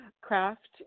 craft